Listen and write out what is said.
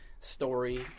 story